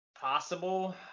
possible